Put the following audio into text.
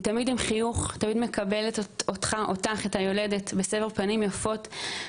מקבלת את היולדת בסבר פנים יפות,